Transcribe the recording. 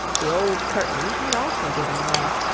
the old curtains had also given away.